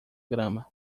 grama